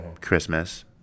Christmas